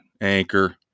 Anchor